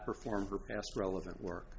perform for past relevant work